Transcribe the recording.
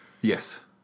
Yes